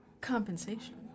Compensation